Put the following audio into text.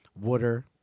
Water